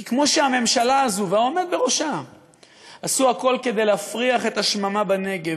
כי כמו שהממשלה הזאת והעומד בראש עשו הכול כדי להפריח את השממה בנגב,